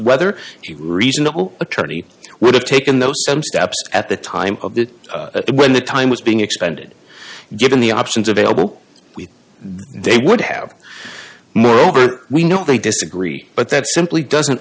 whether the reasonable attorney would have taken those steps at the time of the when the time was being expended given the options available we they would have moreover we know they disagree but that simply doesn't